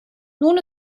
nun